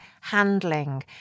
handling